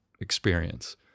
experience